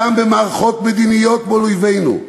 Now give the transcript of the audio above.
גם במערכות מדיניות מול אויבינו,